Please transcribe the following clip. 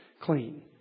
clean